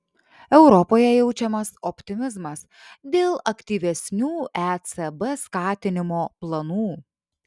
europoje jaučiamas optimizmas dėl aktyvesnių ecb skatinimo planų